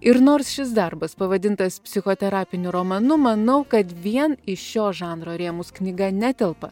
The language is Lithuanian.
ir nors šis darbas pavadintas psichoterapiniu romanu manau kad vien į šio žanro rėmus knyga netelpa